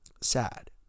sad